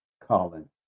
colin